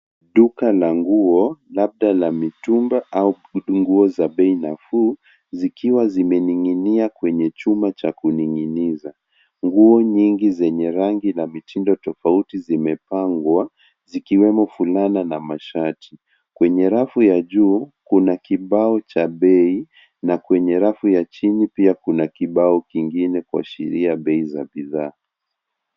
Duka la nguo labda la mitumba au kuchunguza bei nafuu zikiwa zimening'inia kwenye chumba cha kuninginiza. Nguo nyingi zenye rangi za mitindo tofauti zimepangwa zikiwemo fulana na masharti. Kwenye rafu ya juu kuna kibao cha bei na kwenye rafu ya chini pia kuna kibao kingine kwa sheria bei za bidhaa.